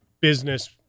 business